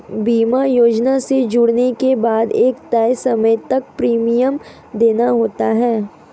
बीमा योजना से जुड़ने के बाद एक तय समय तक प्रीमियम देना होता है